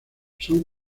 son